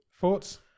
Thoughts